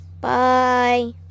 Bye